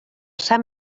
sant